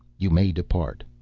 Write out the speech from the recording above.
you may depart.